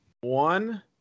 one